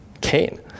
Cain